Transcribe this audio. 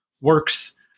works